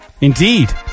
Indeed